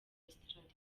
australia